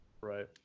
Right